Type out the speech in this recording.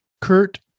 Kurt